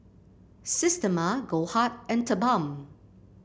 Systema Goldheart and TheBalm